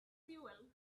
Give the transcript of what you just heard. fuel